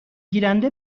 گیرنده